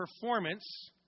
performance